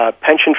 pension